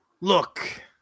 Look